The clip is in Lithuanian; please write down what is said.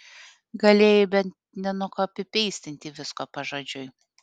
galėjai bent nenukopipeistinti visko pažodžiui